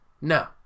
No